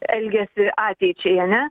elgiasi ateičiai ane